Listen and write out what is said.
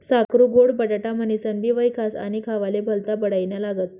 साकरु गोड बटाटा म्हनीनसनबी वयखास आणि खावाले भल्ता बडाईना लागस